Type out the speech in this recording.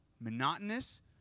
monotonous